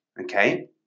okay